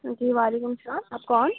جی وعلیکم السّلام آپ کون